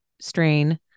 strain